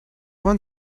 one